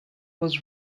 was